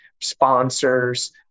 sponsors